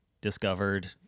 discovered